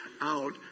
out